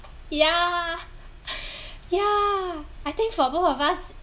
ya ya I think for both of us